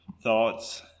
thoughts